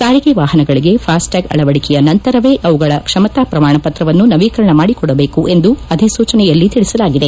ಸಾರಿಗೆ ವಾಹನಗಳಿಗೆ ಫಾಸ್ಟ್ಟ್ಯಾಗ್ ಅಳವಡಿಕೆಯ ನಂತರವೇ ಅವುಗಳ ಕ್ಷಮತಾ ಪ್ರಮಾಣಪತ್ರವನ್ನು ನವೀಕರಣ ಮಾಡಿಕೊಡಬೇಕು ಎಂದು ಅಧಿಸೂಚನೆಯಲ್ಲಿ ತಿಳಿಸಲಾಗಿದೆ